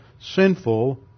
sinful